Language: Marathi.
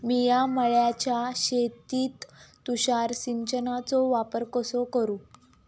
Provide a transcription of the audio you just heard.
मिया माळ्याच्या शेतीत तुषार सिंचनचो वापर कसो करू?